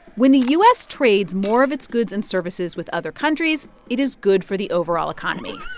when the u s. trades more of its goods and services with other countries, it is good for the overall economy.